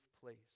place